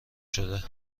شده